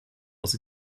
aus